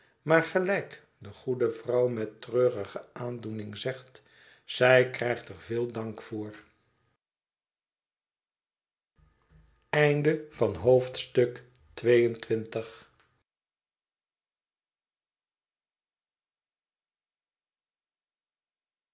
maar gelijk de goede vrouw met treurige aandoening zegt zij krijgt er veel dank voor